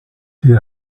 die